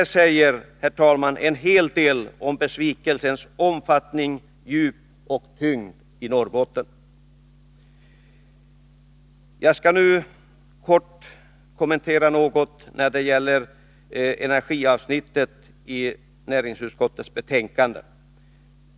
Det säger, herr talman, en hel del om besvikelsens omfattning, djup och tyngd. Jag skall nu kort kommentera energiavsnittet, som behandlas i näringsutskottets betänkande nr 38.